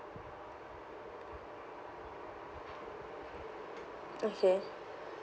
okay